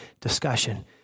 discussion